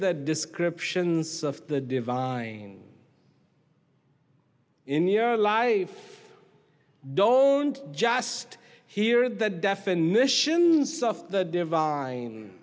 the descriptions of the divine in your life don't just hear the definitions of the divine